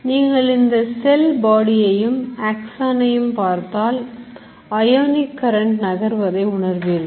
நீங்கள் இந்த செல் பாடியையும் Axon ஐ அம் பார்த்தால் Ionic current நகர்வதை உணர்வீர்கள்